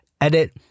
Edit